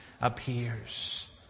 appears